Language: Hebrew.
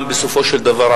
בסופו של דבר,